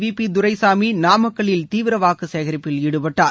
விபிதுரைசாமி நாமக்கல்லில் தீவிர வாக்கு சேகரிப்பில் ஈடுபட்டார்